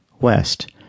West